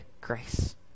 grace